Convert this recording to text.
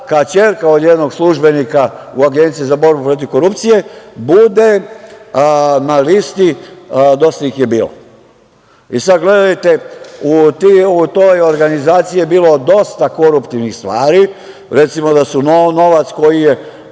ćerka od jednog službenika u Agenciji za borbu protiv korupcije bude na listi dosta ih je bilo. Sada gledajte u toj organizaciji je bilo dosta koruptivnih stvari. Recimo, da su novac koji je,